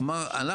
הוא אמר "אנחנו,